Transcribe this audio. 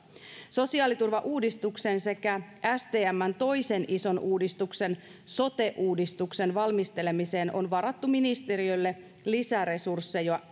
sosiaaliturvauudistuksen sekä stmn toisen ison uudistuksen sote uudistuksen valmistelemiseen on varattu ministeriölle lisäresursseja